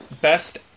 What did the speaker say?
best